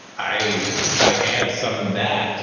i i add some of that